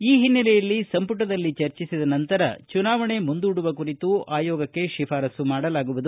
ಈ ಹಿನ್ನೆಲೆಯಲ್ಲಿ ಸಂಪುಟದಲ್ಲಿ ಚರ್ಚಿಸಿದ ನಂತರ ಚುನಾವಣೆಯನ್ನು ಮುಂದೂಡುವ ಕುರಿತು ಚುನಾವಣಾ ಆಯೋಗಕ್ಕೆ ಶಿಫಾರಸ್ಲು ಮಾಡಲಾಗುವುದು